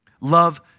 Love